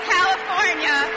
California